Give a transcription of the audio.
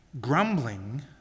Grumbling